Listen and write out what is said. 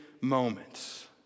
moments